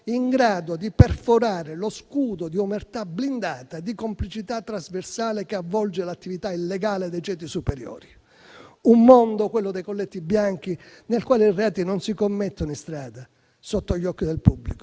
in grado di perforare lo scudo di omertà blindata e complicità trasversale che avvolge l'attività illegale dei ceti superiori. Un mondo, quello dei colletti bianchi, nel quale i reati non si commettono in strada sotto gli occhi del pubblico,